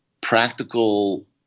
practical